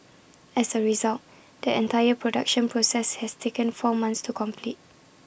as A result the entire production process has taken four months to complete